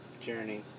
journey